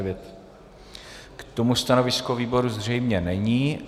K tomu stanovisko výboru zřejmě není.